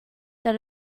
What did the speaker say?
that